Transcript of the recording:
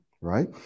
right